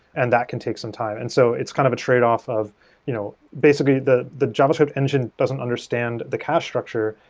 and that can take some time. and so it's kind of a tradeoff of you know basically, the the javascript engine doesn't understand the cache structure,